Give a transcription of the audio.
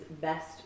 best